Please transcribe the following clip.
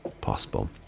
possible